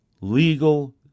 legal